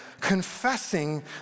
confessing